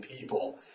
people